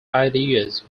ideas